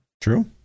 True